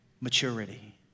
maturity